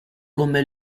come